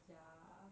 ya